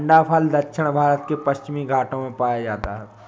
अंडाफल दक्षिण भारत के पश्चिमी घाटों में पाया जाता है